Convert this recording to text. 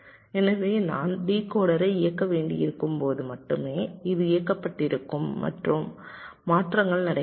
எனவே நான் டிகோடரை இயக்க வேண்டியிருக்கும் போது மட்டுமே இது இயக்கப்பட்டிருக்கும் மற்றும் மாற்றங்கள் நடைபெறும்